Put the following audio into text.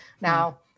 Now